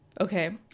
Okay